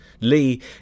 Lee